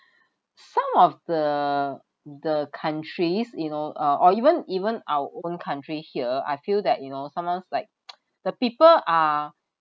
some of the the countries you know uh or even even our own country here I feel that you know sometimes like the people are